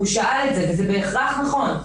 הוא שאל את זה וזה בהכרח נכון.